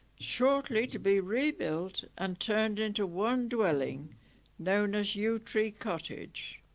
shortly to be rebuilt and turned into one dwelling known as yew tree cottage